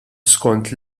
skont